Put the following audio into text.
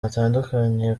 hatandukanye